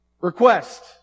request